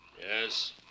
Yes